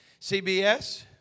CBS